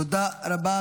תודה רבה.